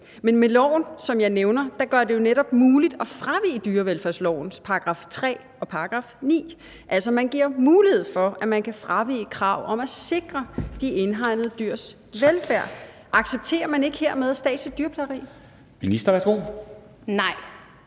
Men med loven, som jeg nævner, gøres det jo netop muligt at fravige dyrevelfærdslovens § 3 og § 9; altså, man giver mulighed for, at man kan fravige krav om at sikre de indhegnede dyrs velfærd. Accepterer man ikke hermed statsligt dyrplageri? Kl. 13:56 Formanden